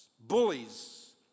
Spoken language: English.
Bullies